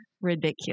ridiculous